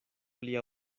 lia